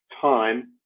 time